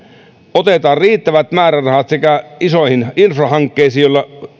otetaan riittävät määrärahat isoihin infrahankkeisiin joilla